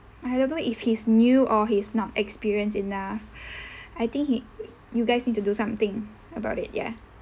I don't know if he's new or he's not experienced enough I think he you guys need to do something about it ya